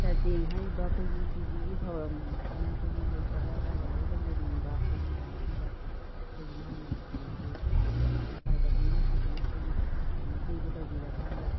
sir ꯇꯦꯡ ꯍꯥꯏꯔꯤꯕ ꯑꯩꯈꯣꯏꯒꯤ ꯇꯤꯚꯤꯒꯤ ꯊꯧꯔꯝ ꯑꯁꯤꯅ ꯑꯩꯈꯣꯏꯒꯤ ꯂꯩꯇꯕ ꯀꯔꯕꯥꯔꯗꯤ ꯇꯧꯖꯅꯤꯡꯕ ꯑꯩꯈꯣꯏꯒꯤ ꯀꯩꯅꯣꯁꯤꯡꯗ ꯑꯩꯈꯣꯏꯒꯤ ꯃꯥꯒꯤ ꯀꯩꯅꯣꯁꯦ ꯍꯥꯏꯗꯤ ꯄꯩꯁꯥ ꯄꯥꯏꯕ ꯀꯥꯡꯕꯨꯁꯤꯡꯁꯤꯅ ꯑꯩꯈꯣꯏꯒꯤ ꯃꯇꯦꯡꯁꯤ ꯇꯧꯕꯤꯔꯀꯥꯟꯗ